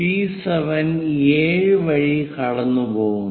P7 7 വഴി കടന്നുപോകുന്നു